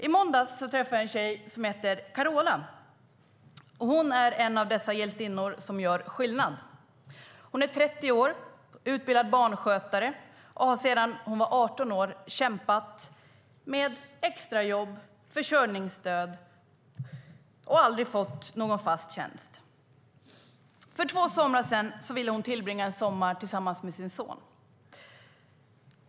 I måndags träffade jag en tjej som heter Carola. Hon är en av dessa hjältinnor som gör skillnad. Hon är 30 år, utbildad barnskötare och har sedan hon var 18 år kämpat med extrajobb och försörjningsstöd och aldrig fått någon fast tjänst. För två somrar sedan ville hon tillbringa en sommar tillsammans med sin son.